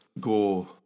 go